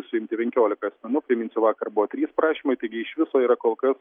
suimti penkiolika asmenų priminsiu vakar buvo trys prašymai taigi iš viso yra kol kas